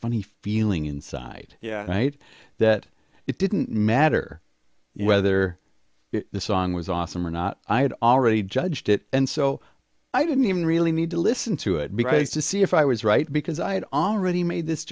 funny feeling inside yeah right that it didn't matter whether the song was awesome or not i had already judged it and so i didn't even really need to listen to it because to see if i was right because i had already made this